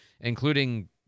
including